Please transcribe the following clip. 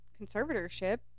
conservatorship